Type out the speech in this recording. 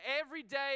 everyday